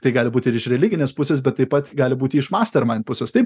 tai gali būti ir iš religinės pusės bet taip pat gali būti iš mastermain pusės taip